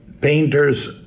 painters